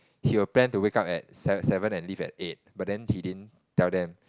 he will plan to wake up at se~ seven and leave at eight but then he didn't tell them